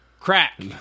crack